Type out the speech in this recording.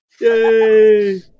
Yay